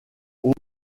aux